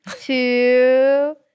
two